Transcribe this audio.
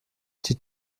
die